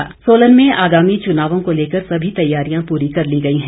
उपायुक्त सोलन सोलन में आगामी चुनावों को लेकर सभी तैयारियां पूरी कर ली गई हैं